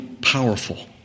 powerful